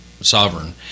sovereign